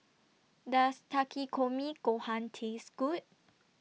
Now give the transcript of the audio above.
Does Takikomi Gohan Taste Good